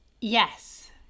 yes